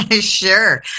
Sure